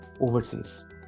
overseas